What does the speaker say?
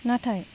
नाथाय